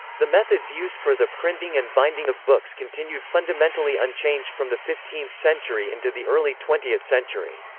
the methods used for the printing and binding of books continued fundamentally unchanged from the fifteenth century into the early twentieth century.